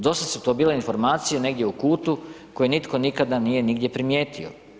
Dosada su to bile informacije negdje u kutu koje nitko nikada nije nigdje primijetio.